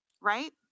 Right